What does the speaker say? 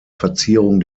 verzierung